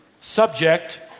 Subject